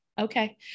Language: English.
Okay